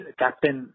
captain